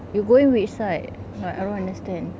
you going which side uh I don't understand